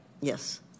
Yes